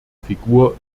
figur